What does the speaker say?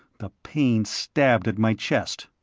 the pain stabbed at my chest.